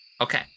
Okay